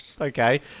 Okay